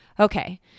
Okay